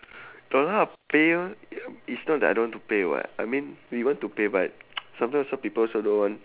no lah pay ah is not that I don't want to pay [what] I mean we want to pay but sometime also people also don't want